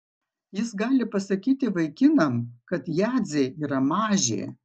jis gali pasakyti vaikinam kad jadzė yra mažė